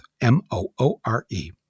M-O-O-R-E